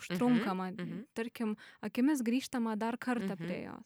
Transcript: užtrunkama tarkim akimis grįžtama dar kartą prie jo